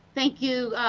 thank you.